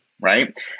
right